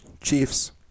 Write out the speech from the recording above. Chiefs